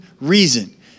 reason